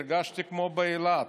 הרגשתי כמו באילת,